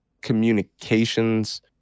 communications